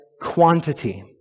quantity